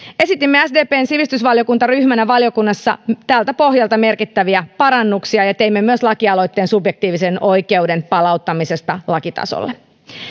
esitimme sdpn sivistysvaliokuntaryhmänä valiokunnassa tältä pohjalta merkittäviä parannuksia ja teimme myös lakialoitteen subjektiivisen oikeuden palauttamisesta lakitasolle